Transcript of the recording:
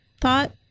thought